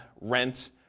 rent